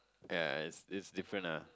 ya it's it's different ah